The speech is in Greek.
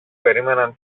περίμεναν